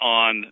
on